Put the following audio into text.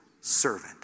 servant